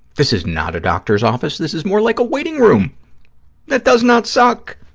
this is not a doctor's office. this is more like a waiting room that does not suck.